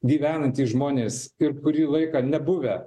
gyvenantys žmonės ir kurį laiką nebuvę